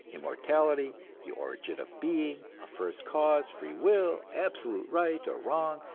immortality, the origin of being, a first cause, free will, absolute right or wrong,